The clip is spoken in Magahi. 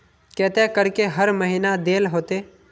केते करके हर महीना देल होते?